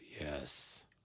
Yes